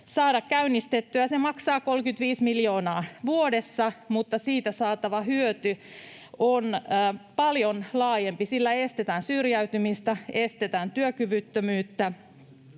saada käynnistettyä? Se maksaa 35 miljoonaa vuodessa, mutta siitä saatava hyöty on paljon laajempi: sillä estetään syrjäytymistä, estetään työkyvyttömyyttä,